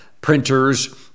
printers